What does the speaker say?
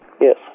Yes